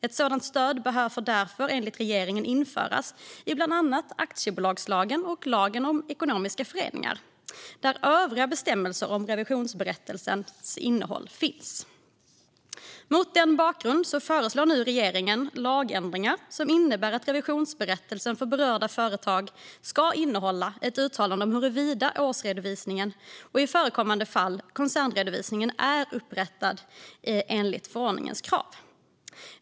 Ett sådant stöd behöver därför, enligt regeringen, införas i bland annat aktiebolagslagen och lagen om ekonomiska föreningar, där övriga bestämmelser om revisionsberättelsens innehåll finns. Mot den bakgrunden föreslår nu regeringen lagändringar som innebär att revisionsberättelsen för berörda företag ska innehålla ett uttalande om huruvida årsredovisningen, och i förekommande fall koncernredovisningen, är upprättad i enlighet med förordningens krav.